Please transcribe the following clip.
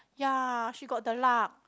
ya she got the luck